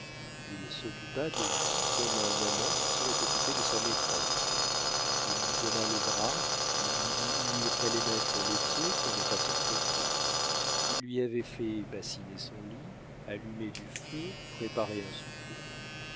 il s'occupa de lui comme un amant se serait occupé de sa maîtresse il lui donna le bras il lui dit où il fallait mettre les pieds pour ne pas se crotter il lui avait fait bassiner son lit allumer du feu préparer un souper